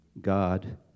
God